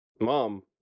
Mom